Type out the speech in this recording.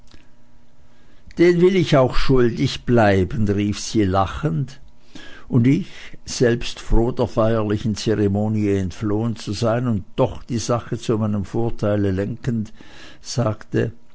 den will ich auch schuldig bleiben rief sie lachend und ich selbst froh der feierlichen zeremonie entflohen zu sein und doch die sache zu meinem vorteile lenkend sagte